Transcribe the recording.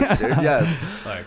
yes